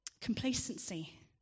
complacency